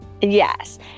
yes